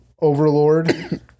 overlord